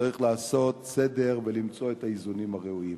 צריך לעשות סדר ולמצוא את האיזונים הראויים.